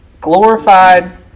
glorified